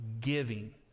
Giving